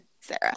Sarah